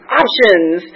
options